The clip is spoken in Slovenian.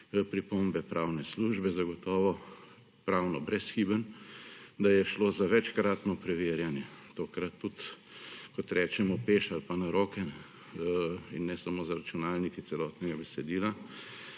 pripombe pravne službe, zagotovo pravno brezhiben, da je šlo za večkratno preverjanje. Tokrat tudi, kot rečemo peš ali pa na roke, in ne samo z računalniki celotnega besedila